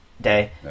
Day